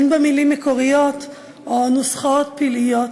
אין בה מילים מקוריות או נוסחאות פלאיות,